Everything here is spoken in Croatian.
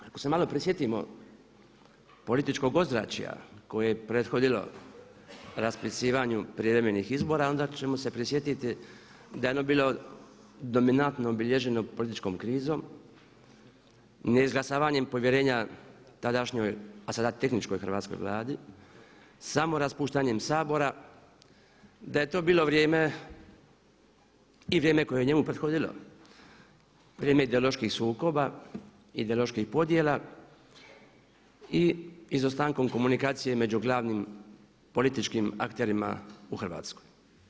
Ako se malo prisjetimo političkog ozračja koje je prethodilo raspisivanju prijevremenih izbora onda ćemo se prisjetiti da je ono bilo dominantno obilježeno političkom krizom, neizglasavanjem povjerenja tadašnjoj a sada tehničkoj Hrvatskoj vladi, samoraspuštanjem Sabora, da je to bilo vrijeme i vrijeme koje je njemu prethodilo vrijeme ideoloških sukoba i ideoloških podjela i izostankom komunikacije među glavnim političkim akterima u Hrvatskoj.